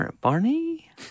Barney